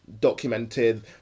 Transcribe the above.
Documented